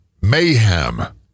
mayhem